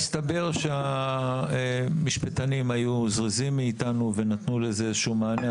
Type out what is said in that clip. מסתבר שהמשפטנים היו זריזים מאתנו ונתנו לזה איזשהו מענה,